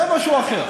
זה משהו אחר.